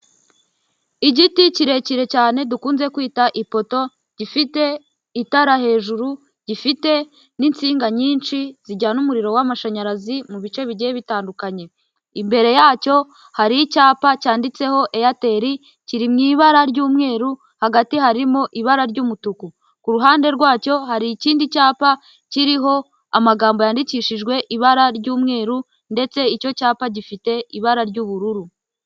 Igiti kirekire cyane dukunze kwita ipoto, gifite itara hejuru, gifite n'insinga nyinshi zijyana umuriro w'amashanyarazi mu bice bijyiye bitandukanye. Imbere yacyo hari icyapa cyanditseho Eyateri kiri mu ibara ry'umweru hagati harimo ibara ry'umutuku, ku ruhande rwacyo hari ikindi cyapa kiriho amagambo yandikishijwe ibara ry'umweru ndetse icyo cyapa gifite ibara ry'ubururu.